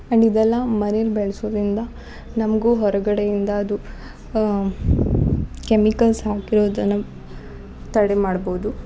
and ಇದೆಲ್ಲ ಮನೇಲಿ ಬೆಳ್ಸೋರಿಂದ ನಮಗೂ ಹೊರಗಡೆಯಿಂದ ಅದು ಕೆಮಿಕಲ್ಸ್ ಹಾಕಿರೋದನ ತಡೆ ಮಾಡ್ಬೋದು